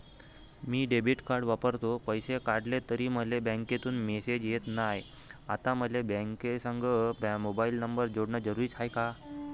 मी debit card वापरतो, पैसे काढले तरी मले बँकेमंधून मेसेज येत नाय, आता मले बँकेसंग मोबाईल नंबर जोडन जरुरीच हाय का?